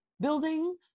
building